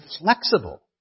flexible